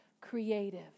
Creative